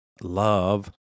love